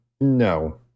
No